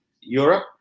Europe